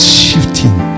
shifting